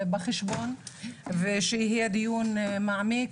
תיקחי אותן בחשבון ושיתקיים דיון מעמיק